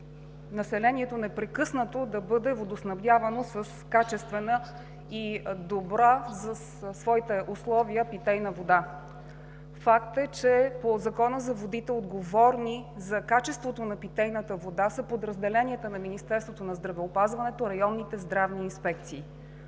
населението непрекъснато да бъде водоснабдявано с качествена и добра за своите условия питейна вода. Факт е, че по Закона за водите отговорни за качествата на питейната вода са подразделенията на Министерството на здравеопазването, районните здравни инспекции.